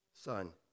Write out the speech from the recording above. Son